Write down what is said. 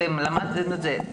אתם למדתם את זה.